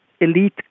elite